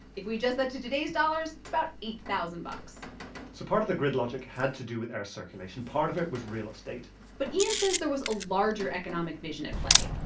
if we adjust that to today's dollars, it's about eight thousand bucks so part of the grid logic had to do with air circulation. part of it was real estate but ian says there was a larger economic vision at play.